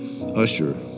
Usher